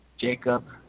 Jacob